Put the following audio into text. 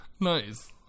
nice